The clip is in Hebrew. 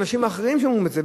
אנשים אחרים שאומרים את זה,